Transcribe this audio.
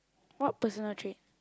what personal trait